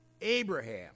Abraham